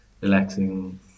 relaxing